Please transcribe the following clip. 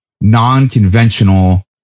non-conventional